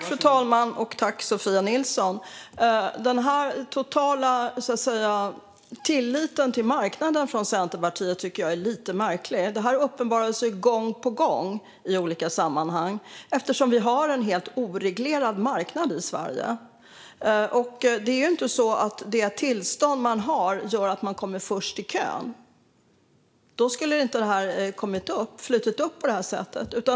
Fru talman! Centerpartiets totala tillit till marknaden tycker jag är lite märklig. Det här uppenbarar sig gång på gång i olika sammanhang, eftersom vi har en helt oreglerad marknad i Sverige. Det är inte ditt tillstånd som avgör om du kommer först i kön. Då skulle inte det här ha flutit upp på det här sättet.